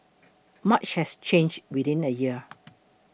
much has changed within a year